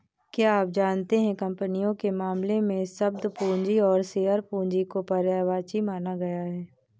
क्या आप जानते है कंपनियों के मामले में, शब्द पूंजी और शेयर पूंजी को पर्यायवाची माना गया है?